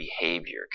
behavior